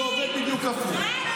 זה עובד בדיוק הפוך,